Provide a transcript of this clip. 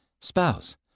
spouse